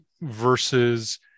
versus